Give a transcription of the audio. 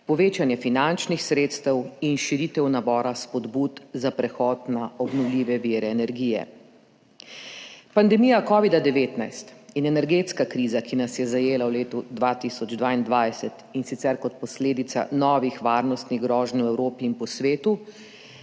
povečanje finančnih sredstev in širitev nabora spodbud za prehod na obnovljive vire energije. Pandemija covid-19 in energetska kriza, ki nas je zajela v letu 2022, in sicer kot posledica novih varnostnih groženj v Evropi in po svetu,